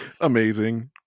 Amazing